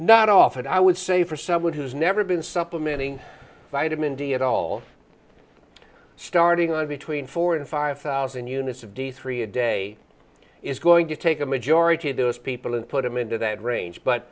not often i would say for someone who's never been supplementing vitamin d at all starting on between four and five thousand units of d c three a day is going to take a majority of those people and put them into that range but